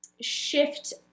shift